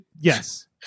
Yes